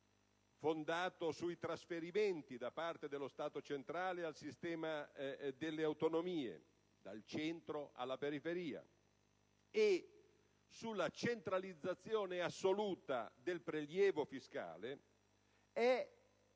fondato sui trasferimenti da parte dello Stato centrale al sistema delle autonomie (dal centro alla periferia) e sulla centralizzazione assoluta del prelievo fiscale, è